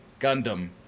Gundam